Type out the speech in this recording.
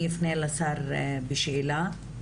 אני אפנה לשר בשאלה.